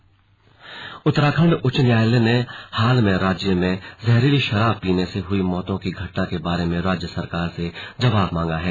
slug Uttarakhand high court Uttarakhand उच्च न्यायालय ने हाल में राज्य में जहरीली शराब पीने से हुई मौतों की घटना के बारे में राज्य सरकार से जवाब मांगा है